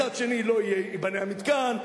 מצד שני לא ייבנה המתקן,